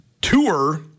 tour